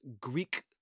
Greek